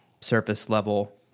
surface-level